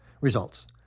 Results